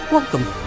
Welcome